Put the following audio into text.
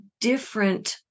different